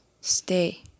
stay